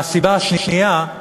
והסיבה השנייה היא